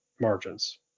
margins